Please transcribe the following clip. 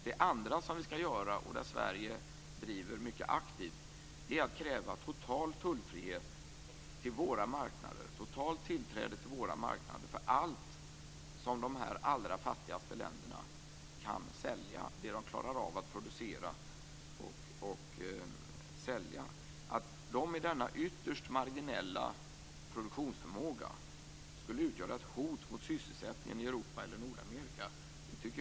Det andra som vi skall göra, och som Sverige driver mycket aktivt, är att kräva total tullfrihet och tillträde till våra marknader för allt som de allra fattigaste länderna klarar av att producera och sälja. Jag tycker att det är orimligt att de, med denna ytterst marginella produktionsförmåga, skulle utgöra ett hot mot sysselsättningen i Europa eller Nordamerika.